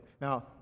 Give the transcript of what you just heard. Now